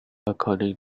according